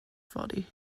fory